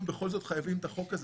אם בכל זאת חייבים את החוק הזה,